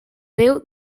déu